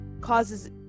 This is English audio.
causes